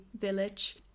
village